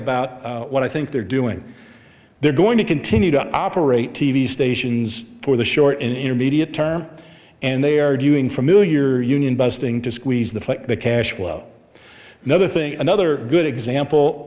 about what i think they're doing they're going to continue to operate t v stations for the short intermediate term and they are doing familiar union busting to squeeze the the cash flow another thing another good example